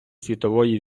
світової